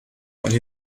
while